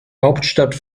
hauptstadt